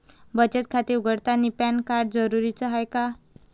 बचत खाते उघडतानी पॅन कार्ड जरुरीच हाय का?